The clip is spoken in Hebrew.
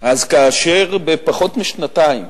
אז כאשר בפחות משנתיים